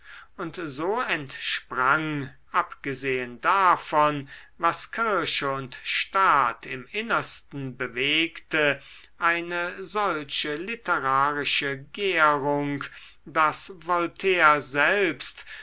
und so entsprang abgesehen davon was kirche und staat im innersten bewegte eine solche literarische gärung daß voltaire selbst